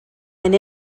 and